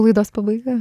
laidos pabaiga